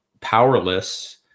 powerless